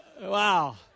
Wow